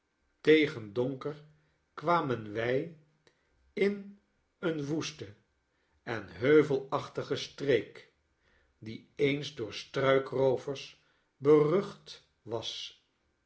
tegen donker kwamen wij in eene woeste en heuvelachtige streek die eens door struikroovers berucht was